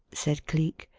said cleek.